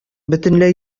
бөтенләй